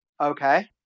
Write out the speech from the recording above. Okay